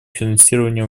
финансирования